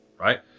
Right